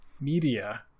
media